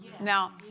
Now